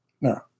No